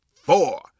four